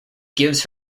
gives